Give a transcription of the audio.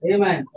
Amen